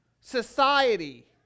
society